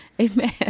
Amen